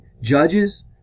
judges